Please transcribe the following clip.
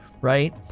right